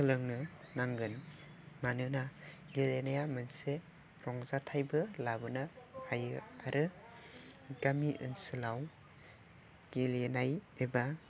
सोलोंनो नांगोन मानोना गेलेनाया मोनसे रंजाथाइबो लाबोनो हायो आरो गामि ओनसोलाव गेलेनाय एबा